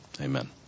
amen